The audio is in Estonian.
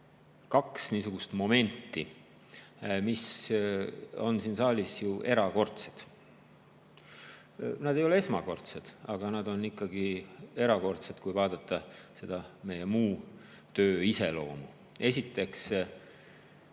kaks momenti, mis on siin saalis erakordsed. Need ei ole esmakordsed, aga need on ikkagi erakordsed, kui vaadata meie muu töö iseloomu. Esiteks,